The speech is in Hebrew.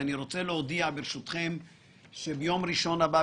אני רוצה להודיע שביום ראשון הבא,